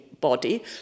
body